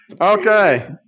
Okay